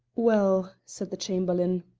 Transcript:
well, said the chamberlain,